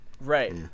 right